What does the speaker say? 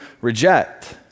reject